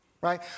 Right